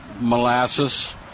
Molasses